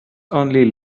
only